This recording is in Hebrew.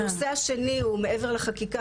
הנושא השני הוא מעבר לחקיקה,